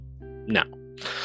no